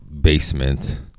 basement